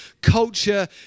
culture